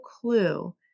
clue